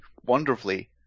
wonderfully